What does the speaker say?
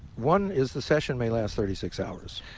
one is the session may last thirty six hours.